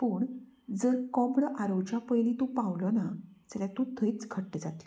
पूण जर कोमडो आरोवच्या पयली तूं पावलो ना जाल्या तूं थंयच घट्ट जातलो